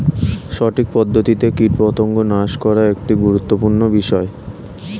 সঠিক পদ্ধতিতে কীটপতঙ্গ নাশ করা একটি গুরুত্বপূর্ণ বিষয়